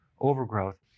overgrowth